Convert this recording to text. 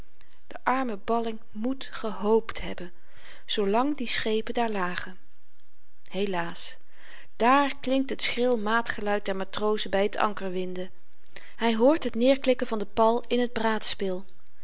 de arme balling moet gehoopt hebben zoolang die schepen daar lagen helaas daar klinkt het schril maatgeluid der matrozen by t ankerwinden hy hoort het neerklikken van den pal in t